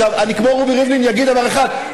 כמו רובי ריבלין אני אגיד דבר אחד,